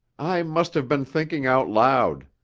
i must have been thinking out loud.